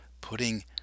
putting